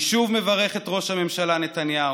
אני שוב מברך את ראש הממשלה נתניהו,